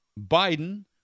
Biden